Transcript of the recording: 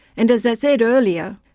and as i said earlier,